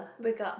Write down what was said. break up